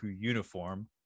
uniform